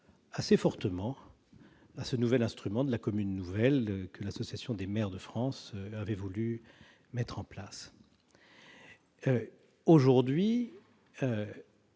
assez largement recours à ce nouvel instrument qu'est la commune nouvelle, que l'Association des maires de France avait voulu mettre en place. Aujourd'hui,